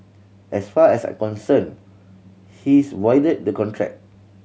as far as I concerned he's voided the contract